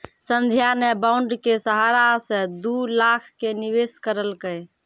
संध्या ने बॉण्ड के सहारा से दू लाख के निवेश करलकै